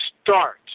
start